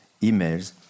emails